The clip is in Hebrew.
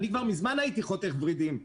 מזמן הייתי חותך ורידים,